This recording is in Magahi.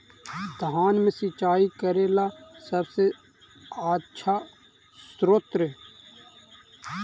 धान मे सिंचाई करे ला सबसे आछा स्त्रोत्र?